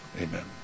Amen